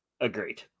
Agreed